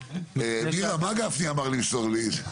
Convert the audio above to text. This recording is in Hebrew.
מירה, מה גפני אמר למסור לי?